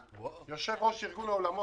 קיימנו דיון ממצה